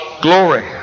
Glory